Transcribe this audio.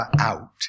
out